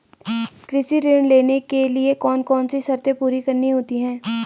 कृषि ऋण लेने के लिए कौन कौन सी शर्तें पूरी करनी होती हैं?